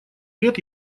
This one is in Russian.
лет